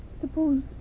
Suppose